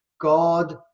God